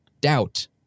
doubt